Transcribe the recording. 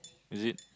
is it